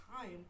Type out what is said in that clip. time